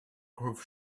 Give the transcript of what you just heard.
groove